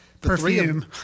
perfume